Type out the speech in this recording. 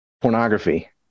pornography